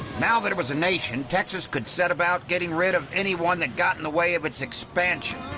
now that it was a nation, texas could set about getting rid of anyone that got in the way of its expansion.